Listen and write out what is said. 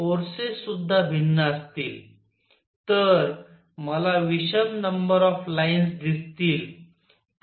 तर मला विषम नंबर ऑफ लाईन्स दिसतील